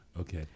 Okay